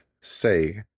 say